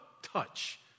touch